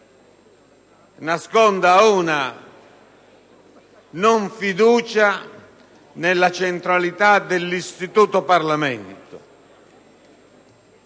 una non fiducia nella centralità dell'istituto Parlamento,